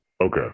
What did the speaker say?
Okay